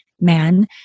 man